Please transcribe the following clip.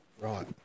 Right